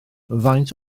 faint